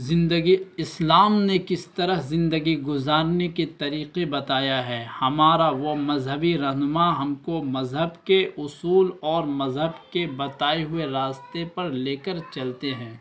زندگی اسلام نے کس طرح زندگی گزارنے کے طریقے بتایا ہے ہمارا وہ مذہبی رہنما ہم کو مذہب کے اصول اور مذہب کے بتائے ہوئے راستے پر لے کر چلتے ہیں